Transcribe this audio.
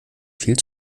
viel